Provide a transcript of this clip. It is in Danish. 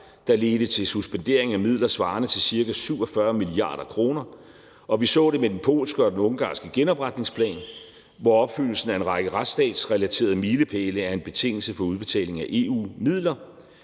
der ledte til suspenderingen af midler svarende til ca. 47 mia. kr. Og vi så med den polske og den ungarske genopretningsplan, hvor opfyldelsen af en række retsstatsrelaterede milepæle er en betingelse for udbetaling af EU-midler.